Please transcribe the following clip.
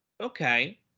Okay